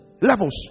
levels